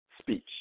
speech